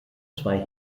zwei